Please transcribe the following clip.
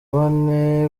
bane